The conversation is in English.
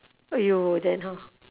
!aiyo! then how